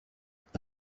andi